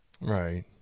Right